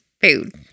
food